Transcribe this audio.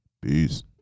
Peace